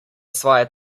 svoje